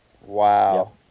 Wow